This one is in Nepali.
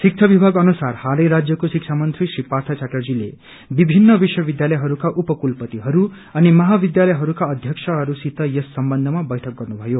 शिक्षा विभाग अनुसार हालै राज्यको शिक्षा मन्त्री श्री पार्थ च्याटर्जीले विभिन्न विश्व विद्यालयहरूका उपकुलपतिहरू अनि महाविद्यालयहरूका अध्यक्षहरूसित यस सम्बन्धमा बैठक गर्नुभयो